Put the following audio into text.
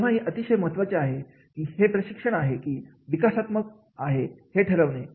तेव्हाही अतिशय महत्वाचे आहे की हे प्रशिक्षण आहे की विकासात्मक आहे हे ठरविणे